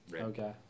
Okay